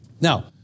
Now